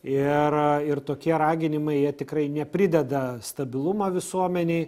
ir ir tokie raginimai jie tikrai neprideda stabilumo visuomenėj